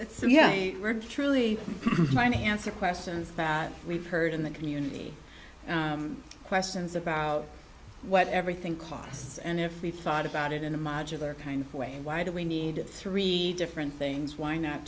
so yeah i heard truly trying to answer questions that we've heard in the community questions about what everything costs and if we thought about it in a modular kind of way why do we need three different things why not